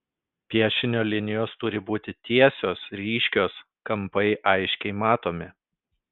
piešinio linijos turi būti tiesios ryškios kampai aiškiai matomi